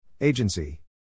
Agency